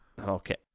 Okay